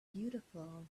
beautiful